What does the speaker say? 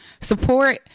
support